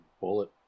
bullet